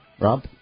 Rob